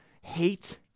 hate